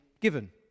given